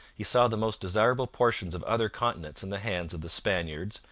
he saw the most desirable portions of other continents in the hands of the spaniards,